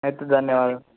అయితే ధన్యవాదాలు